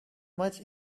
much